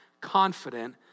confident